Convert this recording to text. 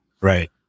right